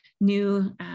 new